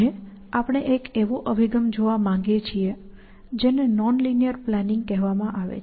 આજે આપણે એક એવો અભિગમ જોવા માંગીએ છીએ જેને નોન લિનીઅર પ્લાનિંગ કહેવામાં આવે છે